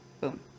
Boom